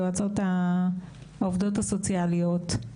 העובדות הסוציאליות,